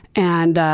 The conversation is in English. and